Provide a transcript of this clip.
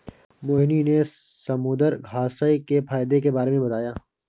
मोहिनी ने समुद्रघास्य के फ़ायदे के बारे में बताया